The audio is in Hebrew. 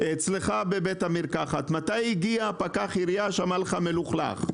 מתי הגיע פקח עירייה לבית מרקחת ואמר שהמקום מלוכלך?